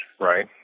right